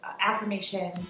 affirmation